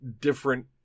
different